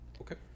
okay